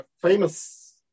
famous